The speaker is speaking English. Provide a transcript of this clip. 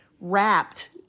wrapped